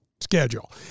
schedule